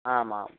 आमां